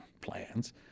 plans